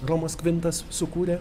romas kvintas sukūrė